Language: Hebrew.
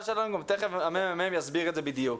שלו ותכף מרכז המחקר יסביר את זה בדיוק.